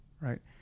right